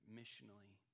missionally